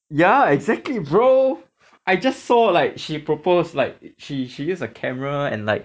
yeah exactly bro I just saw like she proposed like she she use a camera and light